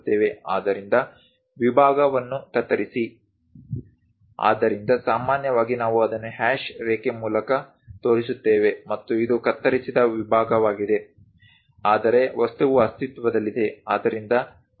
ಆದ್ದರಿಂದ ವಿಭಾಗವನ್ನು ಕತ್ತರಿಸಿ ಆದ್ದರಿಂದ ಸಾಮಾನ್ಯವಾಗಿ ನಾವು ಅದನ್ನು ಹ್ಯಾಶ್ ರೇಖೆ ಮೂಲಕ ತೋರಿಸುತ್ತೇವೆ ಮತ್ತು ಇದು ಕತ್ತರಿಸದ ವಿಭಾಗವಾಗಿದೆ ಆದರೆ ವಸ್ತುವು ಅಸ್ತಿತ್ವದಲ್ಲಿದೆ ಆದ್ದರಿಂದ ಮತ್ತೆ ನಾವು ದೊಡ್ಡ ವೃತ್ತವನ್ನು ನೋಡುತ್ತೇವೆ